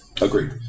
Agreed